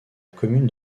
commune